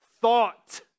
thought